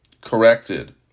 corrected